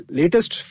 latest